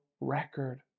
record